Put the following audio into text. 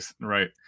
Right